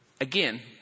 Again